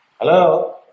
Hello